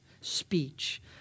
speech